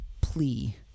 plea